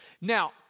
Now